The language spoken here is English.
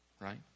right